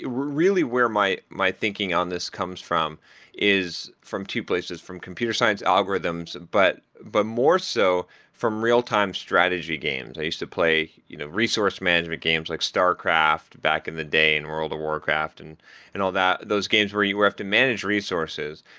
really, where my my thinking on this comes from is from two places from computer science algorithms, but but more so from real-time strategy games. i used to play you know resource management games, like starcraft back in the day, and world of warcraft and and all that. those games where you have to manage resources,